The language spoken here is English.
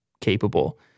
capable